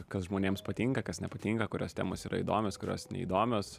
kas žmonėms patinka kas nepatinka kurios temos yra įdomios kurios neįdomios